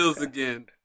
again